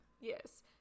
Yes